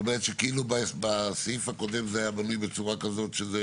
זאת אומרת שכאילו בסעיף הקודם זה היה בנוי בצורה כזאת שזה